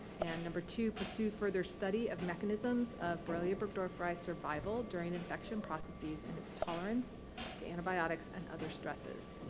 and number two, pursue further study of mechanisms of borrelia burgdorferi survival during infection processes and its tolerance to antibiotics and other stresses.